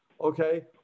Okay